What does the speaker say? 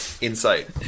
insight